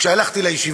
כשהלכתי לישיבה,